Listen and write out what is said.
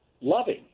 loving